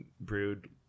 brewed